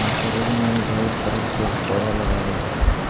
nursery में ढेर तरह के पौधा लगाबल जा हइ